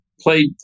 played